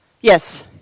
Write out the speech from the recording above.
Yes